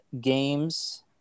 games